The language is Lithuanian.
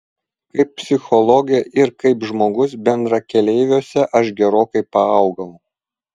kaip psichologė ir kaip žmogus bendrakeleiviuose aš gerokai paaugau